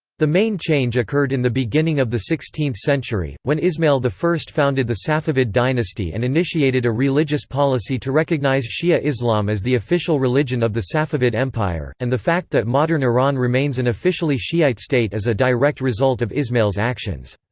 the main change occurred in the beginning of the sixteenth century, when ismail i founded the safavid dynasty and initiated a religious policy to recognize shi'a islam as the official religion of the safavid empire, and the fact that modern iran remains an officially shi'ite state is a direct result of ismail's actions.